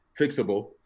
fixable